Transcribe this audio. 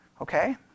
okay